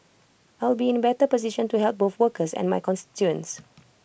I will be in A better position to help both workers and my constituents